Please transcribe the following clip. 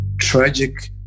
tragic